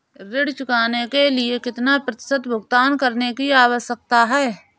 ऋण चुकाने के लिए कितना प्रतिशत भुगतान करने की आवश्यकता है?